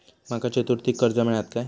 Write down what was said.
माका चतुर्थीक कर्ज मेळात काय?